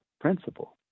principle